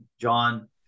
John